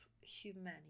humanity